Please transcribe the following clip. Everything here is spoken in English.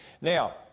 Now